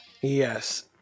Yes